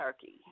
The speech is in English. turkey